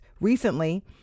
recently